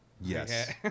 Yes